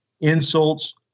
insults